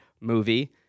movie